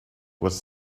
was